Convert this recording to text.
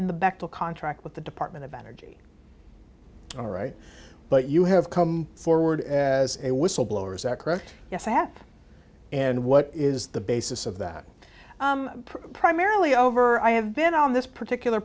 in the back to contract with the department of energy all right but you have come forward as a whistle blowers are correct yes i have and what is the basis of that primarily over i have been on this particular